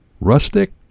Rustic